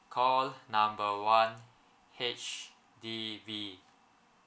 call number one H_D_B